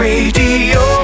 Radio